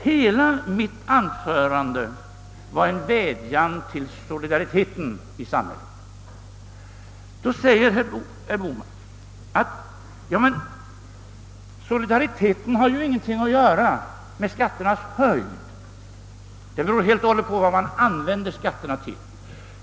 Hela mitt anförande utgjorde en vädjan till solidariteten i samhället. Då säger herr Bohman att solidariteten inte har något att göra med skatternas höjd. Ja, det beror helt och hållet på vad man använder skatterna till.